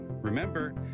Remember